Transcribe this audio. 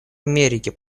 америки